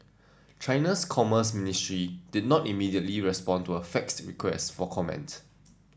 China's commerce ministry did not immediately respond to a faxed request for comment